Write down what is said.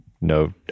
no